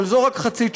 אבל זו רק חצי תשובה,